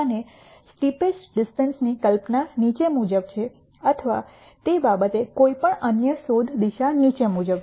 અને સ્ટીપેસ્ટ ડિસેન્ટની કલ્પના નીચે મુજબ છે અથવા તે બાબતે કોઈપણ અન્ય શોધ દિશા નીચે મુજબ છે